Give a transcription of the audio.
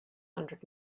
hundred